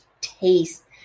taste